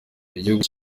igihugu